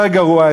יותר גרוע,